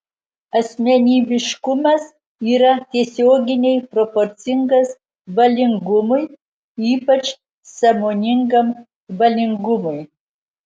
asmenybiškumas yra tiesioginiai proporcingas valingumui ypač sąmoningam valingumui